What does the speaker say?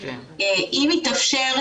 אם מתאפשר,